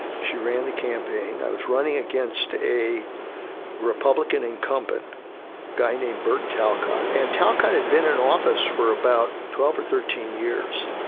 she ran the campaign, i was running against a republican incumbent guy named burt talcott, and talcott kind of been in office for about twelve or thirteen years.